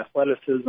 athleticism